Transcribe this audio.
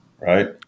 Right